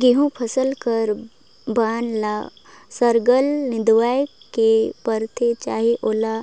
गहूँ फसिल कर बन ल सरलग निंदवाए ले परथे चहे ओला